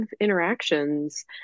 interactions